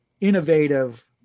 innovative